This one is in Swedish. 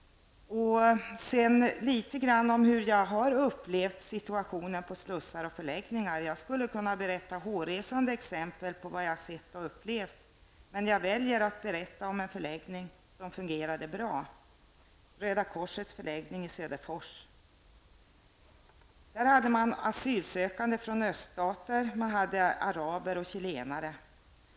Så något om hur jag upplevt situationen på slussar och förläggningar. Jag skulle kunna berätta hårresande exempel på vad jag sett och upplevt, men jag väljer att berätta om en förläggning som fungerar bra, nämligen Röda kors-förläggningen i Söderfors. Där har man asylsökande från öststater, man har araber och chilenare.